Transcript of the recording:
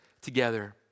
together